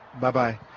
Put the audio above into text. Bye-bye